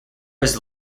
was